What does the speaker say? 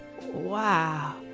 Wow